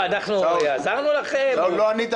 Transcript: לא, אנחנו עזרנו לכם או לא?